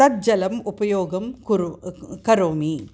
तत् जलम् उपयोगं कुर्व् करोमि